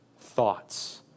thoughts